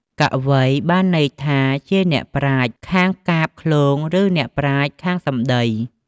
កវី បានន័យថាជាអ្នកប្រាជ្ញខាងកាព្យឃ្លោង ឬ អ្នកប្រាជ្ញខាងសំដី។